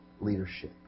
leadership